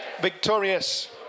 victorious